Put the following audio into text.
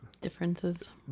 differences